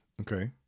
Okay